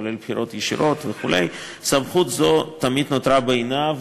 כולל בחירות ישירות וכו' סמכות זו תמיד נותרה בעינה,